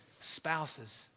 spouses